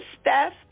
Steph